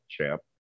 champ